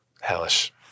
hellish